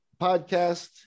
podcast